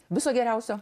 viso geriausio